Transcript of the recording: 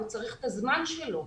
הוא צריך את הזמן שלו.